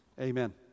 amen